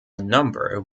number